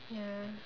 ya